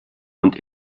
und